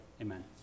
amen